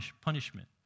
punishment